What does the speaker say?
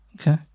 Okay